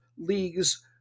leagues